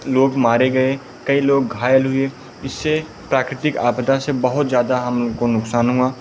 लोग मारे गए कई लोग घायल हुए इससे प्राकृतिक आपदा से बहुत ज़्यादा हमको नुक़सान हुआ